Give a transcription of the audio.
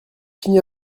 fini